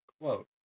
Quote